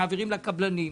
לקבלנים,